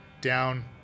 down